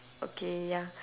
okay ya